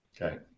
Okay